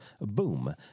Boom